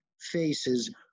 faces